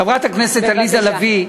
חברת הכנסת עליזה לביא,